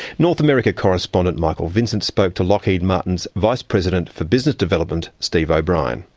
north america correspondent michael vincent spoke to lockheed martin's vice-president for business development, steve o'bryan.